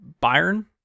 Byron